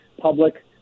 Public